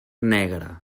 negra